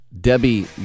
Debbie